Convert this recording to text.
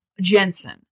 jensen